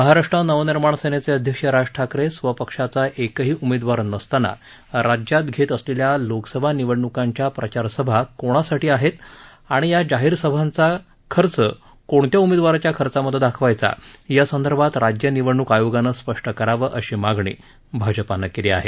महाराष्ट्र नवनिर्माण सेनेचे अध्यक्ष राज ठाकरे स्वपक्षाचा एकही उमेदवार नसताना राज्यात घेत असलेल्या लोकसभा निवडण्कांच्या प्रचार सभा कोणासाठी आहेत आणि या जाहिर प्रचार सभांचा खर्च कोणत्या उमेदवाराच्या खर्चामध्ये दाखवायचा यासंदर्भात राज्य निवडणुक आयोगाने स्पष्ट करावं अशी मागणी भाजपानं केली आहे